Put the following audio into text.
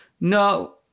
No